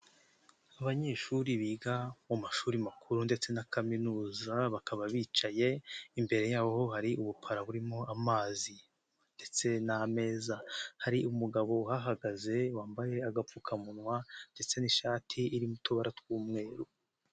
Abanyeshuri biga mu mashuri makuru ndetse na kaminuza bakaba bicaye imbere yabo hari ubupara burimo amazi ndetse n'ameza, hari umugabo uhagaze wambaye agapfukamunwa ndetse n'ishati iri mu tubara tw'umweru.